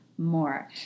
more